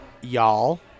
y'all